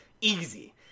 Easy